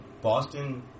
Boston